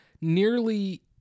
nearly